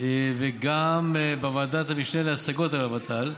וגם בוועדת המשנה להשגות על הוות"ל,